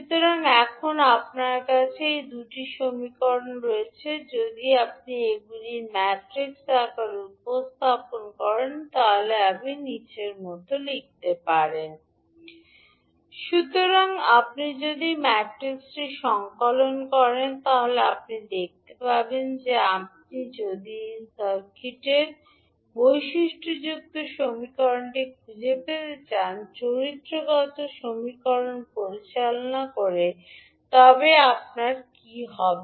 সুতরাং এখন আপনার কাছে এই 2 টি সমীকরণ রয়েছে যদি আপনি এগুলি ম্যাট্রিক্স আকারে উপস্থাপন করেন তবে কীভাবে আপনি লিখবেন সুতরাং আপনি যখন ম্যাট্রিক্সটি সংকলন করবেন আপনি দেখতে পাবেন যে আপনি যদি এই সার্কিটের বৈশিষ্ট্যযুক্ত সমীকরণটি খুঁজে পেতে চান চরিত্রগত সমীকরণ পরিচালনা করে তবে আপনাকে কী করতে হবে